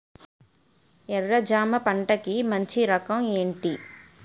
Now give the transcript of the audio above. ఎర్ర జమ పంట కి మంచి రకం ఏంటి?